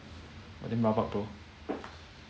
damn rabak though